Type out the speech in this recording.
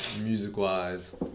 music-wise